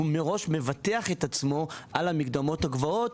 הוא מראש מבטח את עצמו על המקדמות הגבוהות,